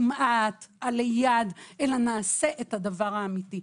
הליד אלא נעשה את הדבר האמיתי.